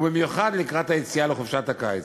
ובמיוחד לקראת היציאה לחופשת הקיץ.